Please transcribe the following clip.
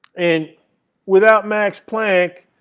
and without max planck,